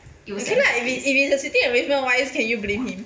if it if it's a seating arrangement why can you blame him